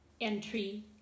entry